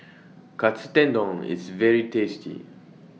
Katsu Tendon IS very tasty